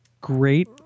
Great